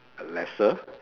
lesser